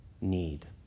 need